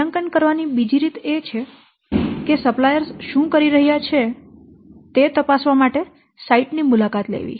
મૂલ્યાંકન કરવાની બીજી રીત એ છે કે સપ્લાયર્સ શું કરી રહ્યા છે તે તપાસવા માટે સાઇટ ની મુલાકાત લેવી